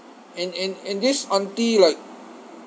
and and and this aunty like